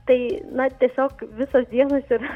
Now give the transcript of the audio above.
tai na tiesiog visos dienos yra